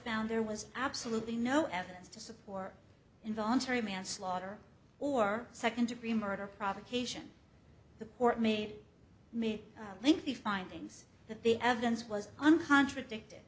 found there was absolutely no evidence to support involuntary manslaughter or second degree murder provocation the port made me think the findings that the evidence was on contradicted